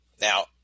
Now